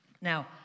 Now